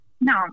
No